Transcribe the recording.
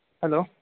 hello